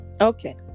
Okay